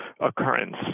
occurrence